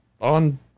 on